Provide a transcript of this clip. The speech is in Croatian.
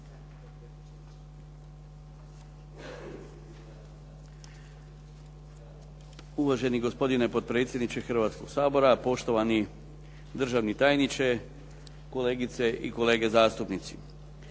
Uvaženi gospodine potpredsjedniče Hrvatskoga sabora, poštovani državni tajniče, kolegice i kolege zastupnici.